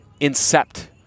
incept